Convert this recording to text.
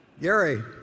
Gary